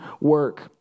work